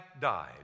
died